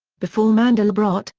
before mandelbrot,